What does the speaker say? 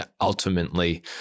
Ultimately